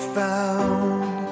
found